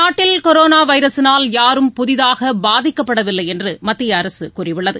நாட்டில் கரோனா வைரஸினால் யாரும் புதிதாக பாதிக்கப்படவில்லை என்று மத்திய அரசு கூறியுள்ளது